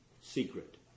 secret